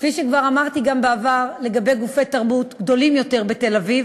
כפי שכבר אמרתי גם בעבר לגבי גופים גדולים יותר בתל-אביב,